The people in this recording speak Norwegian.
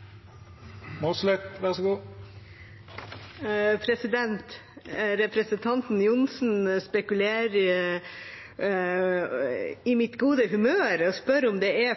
er